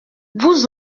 vous